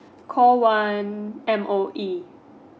call one M_O_E